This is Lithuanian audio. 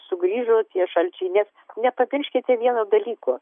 sugrįžo tie šalčiai nes nepamirškite vieno dalyko